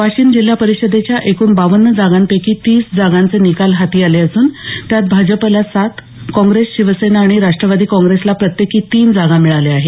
वाशिम जिल्हा परिषदेच्या एकूण बावन्न जागांपैकी तीस जागांचे निकाल हाती आले असून त्यात भाजपला सात काँग्रेस शिवसेना आणि राष्ट्रवादी काँग्रेसला प्रत्येकी तीन जागा मिळाल्या आहेत